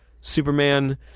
Superman